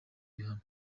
bihano